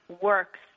works